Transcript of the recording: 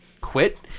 quit